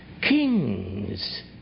kings